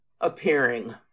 appearing